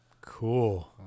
Cool